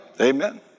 Amen